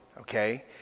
okay